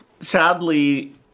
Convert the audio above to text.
sadly